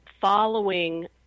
following